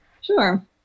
Sure